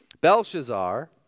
Belshazzar